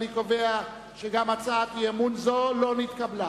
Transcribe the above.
אני קובע שגם הצעת אי-אמון זו לא נתקבלה.